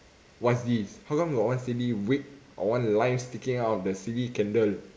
what's this how come got one silly wick or one line sticking out of the silly candle